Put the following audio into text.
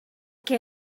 què